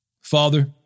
Father